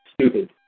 stupid